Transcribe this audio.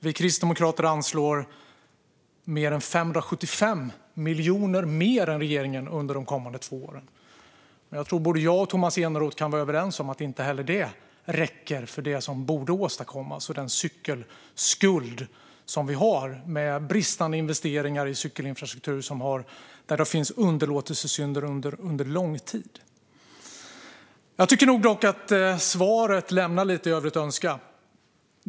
Vi kristdemokrater anslår mer än 575 miljoner kronor mer än regeringen under de kommande två åren. Jag tror att både jag och Tomas Eneroth kan vara överens om att inte heller det räcker för det som borde åstadkommas och för den cykelskuld som vi har med bristande investeringar i cykelinfrastruktur. Det finns underlåtelsesynder sedan lång tid. Jag tycker dock att svaret lämnar lite grann i övrigt att önska.